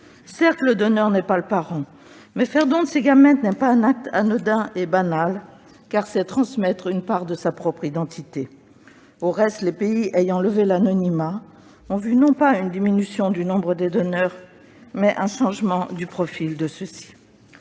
Certes, le donneur n'est pas le parent. Mais faire don de ses gamètes n'est pas un acte anodin et banal ; c'est transmettre une part de sa propre identité. D'ailleurs, les pays ayant levé l'anonymat ont vu non pas une diminution du nombre de donneurs, mais un changement du profil de ceux-ci.